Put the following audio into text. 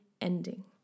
ending